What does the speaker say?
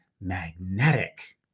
magnetic